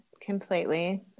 completely